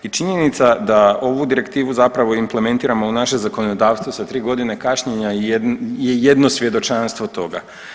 I činjenica da ovu direktivu zapravo implementiramo u naše zakonodavstvo sa 3 godine kašnjenja je jedno svjedočanstvo toga.